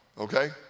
okay